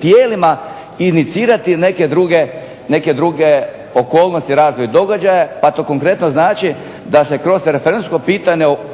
tijelima inicirati neke druge okolnosti, razvoj događaja, pa to konkretno znači da se kroz referendumsko pitanje o